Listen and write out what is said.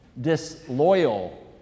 disloyal